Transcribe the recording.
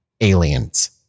aliens